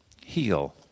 heal